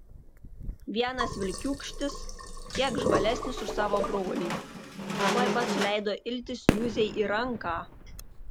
vienas vilkiūkštis kiek žvalesnis už savo brolį tuoj pat suleido iltis juzei į ranką